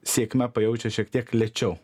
sėkmę pajaučia šiek tiek lėčiau